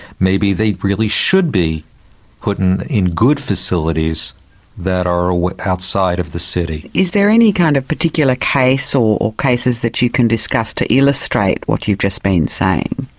maybe they really should be put in in good facilities that are ah outside of the city. is there any kind of particular case or cases that you can discuss to illustrate what you've just been saying?